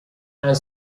and